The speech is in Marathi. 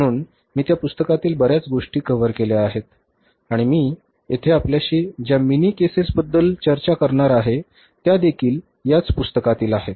म्हणून मी त्या पुस्तकातील बर्याच गोष्टी कव्हर केल्या आहेत आणि मी येथे आपल्याशी ज्या मिनी केसेसबद्दल चर्चा करणार आहे त्यादेखील याच पुस्तकातील आहेत